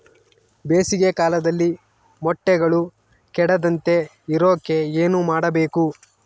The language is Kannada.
ಬೇಸಿಗೆ ಕಾಲದಲ್ಲಿ ಮೊಟ್ಟೆಗಳು ಕೆಡದಂಗೆ ಇರೋಕೆ ಏನು ಮಾಡಬೇಕು?